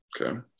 Okay